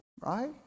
right